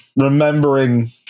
remembering